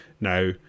now